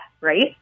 right